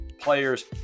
players